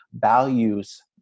values